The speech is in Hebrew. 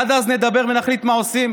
עד אז נדבר ונחליט מה עושים,